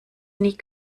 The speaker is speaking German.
nie